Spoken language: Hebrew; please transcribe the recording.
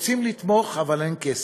רוצים לתמוך, אבל אין כסף,